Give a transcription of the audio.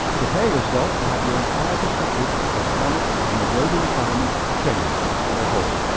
prepare yourself to have your entire perspective of climate and the global environment, change as a whole.